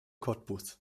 cottbus